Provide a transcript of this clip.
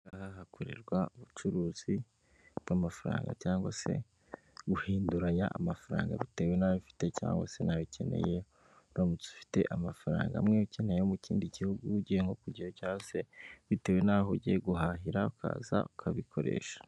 Aha hakorerwa ubucuruzi bw'amafaranga cyangwa se guhinduranya amafaranga bitewe n'ayo ufite cyangwa se n'ayo ukeneye uramutse ufite amafaranga amwe ukeneye mu kindi gihugu ugiye nko kujyayo cyangwa se bitewe n'aho ugiye guhahira ukaza ukabikoresha.